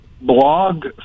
blog